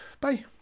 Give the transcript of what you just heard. Bye